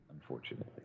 unfortunately